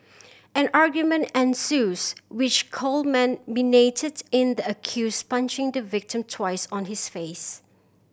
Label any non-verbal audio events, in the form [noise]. an argument ensues which [unintelligible] in the accused punching the victim twice on his face